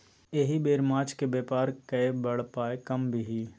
एहि बेर माछक बेपार कए बड़ पाय कमबिही